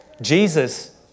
Jesus